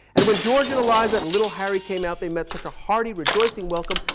and when george and eliza and little harry came out, they met such a hardy rejoicing welcome,